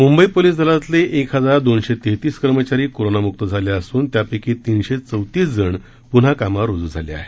Mumbai police दलातले एक हजार दोनशे तेहतीस कर्मचारी कोरोनामुक्त झाले असून त्यापैकी तिनशे चौतीसजण पुन्हा कामावर रुजू झाले आहेत